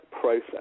process